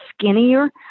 skinnier